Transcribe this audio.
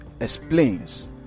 explains